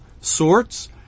sorts